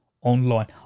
online